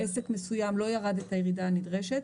עסק מסוים לא ירד את הירידה הנדרשת.